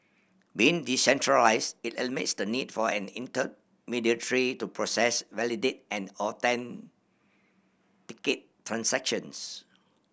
being decentralised it eliminates the need for an intermediary to process validate and authenticate transactions